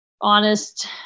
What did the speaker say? honest